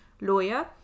lawyer